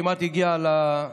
כמעט הגיע ליפן,